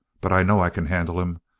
but i know i can handle him.